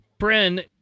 Bren